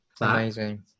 amazing